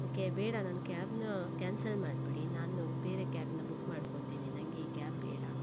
ಅದಕ್ಕೆ ಬೇಡ ನನ್ನ ಕ್ಯಾಬ್ನ ಕ್ಯಾನ್ಸಲ್ ಮಾಡಿಬಿಡಿ ನಾನು ಬೇರೆ ಕ್ಯಾಬ್ನ ಬುಕ್ ಮಾಡ್ಕೊತಿನಿ ನನಗೆ ಈ ಕ್ಯಾಬ್ ಬೇಡ